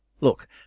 Look